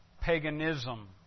paganism